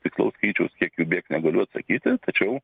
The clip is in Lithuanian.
tikslaus skaičiaus kiek jų bėgs negaliu atsakyti tačiau